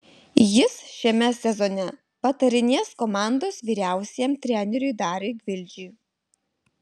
jis šiame sezone patarinės komandos vyriausiajam treneriui dariui gvildžiui